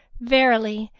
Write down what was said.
verily,